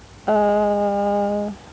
err